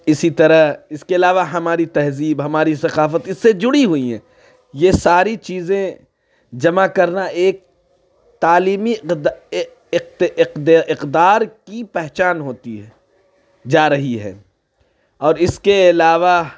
اِسی طرح اِس کے علاوہ ہماری تہذیب ہماری ثقافت اِس سے جُڑی ہوئی ہیں یہ ساری چیزیں جمع کرنا ایک تعلیمی اقدار کی پہچان ہوتی ہے جا رہی ہے اور اِس کے علاوہ